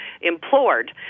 implored